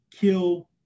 kill